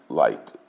light